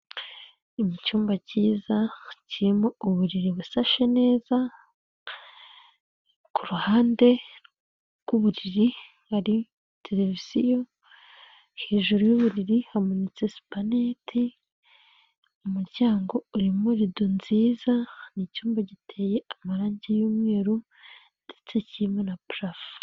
Ni mu cyumba kiza, kirimo uburiri busashe neza, kuruhande rw'uburiri, hari televiziyo hejuru yuburiri hamanitse supanete, umuryango urimo irido nziza, n'icyumba giteye amarangi y'umweru ndetse kirimo na purafo